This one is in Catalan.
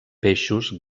peixos